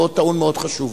מאוד טעון, מאוד חשוב.